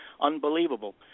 unbelievable